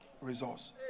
resource